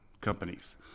companies